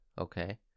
okay